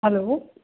hello